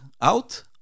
out